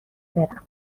برم